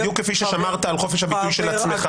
בדיוק כפי ששמרת על חופש הביטוי של עצמך.